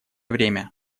время